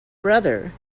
brother